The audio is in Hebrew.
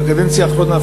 ובקדנציה האחרונה,